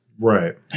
Right